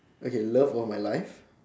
okay love of my life